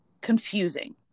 confusing